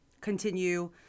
continue